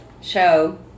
show